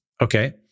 Okay